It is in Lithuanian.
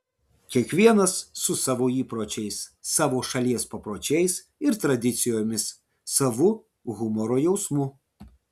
kiekvienas su savo įpročiais savo šalies papročiais ir tradicijomis savu humoro jausmu